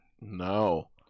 No